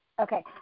Okay